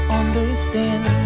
understand